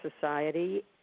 society